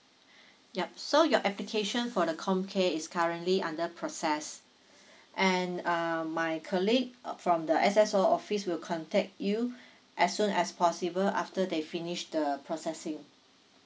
yup so your application for the com care is currently under process and um my colleague uh from the S_S_O office will contact you as soon as possible after they finish the processing